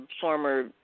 former